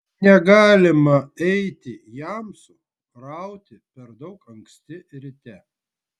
negalima eiti jamsų rauti per daug anksti ryte